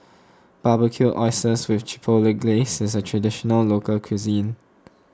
Barbecued Oysters with Chipotle Glaze is a Traditional Local Cuisine